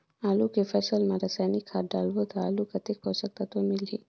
आलू के फसल मा रसायनिक खाद डालबो ता आलू कतेक पोषक तत्व मिलही?